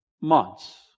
months